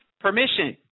permission